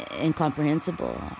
incomprehensible